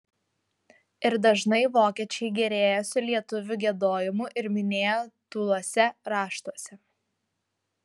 ir dažnai vokiečiai gėrėjosi lietuvių giedojimu ir minėjo tūluose raštuose